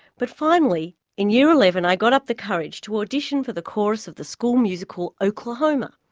but finally in year eleven i got up the courage to audition for the chorus of the school musical, oklahoma.